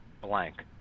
blank